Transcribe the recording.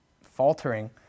faltering